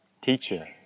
Teacher